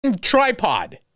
tripod